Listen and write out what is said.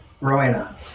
Rowena